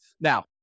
Now